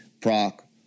PROC